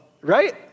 Right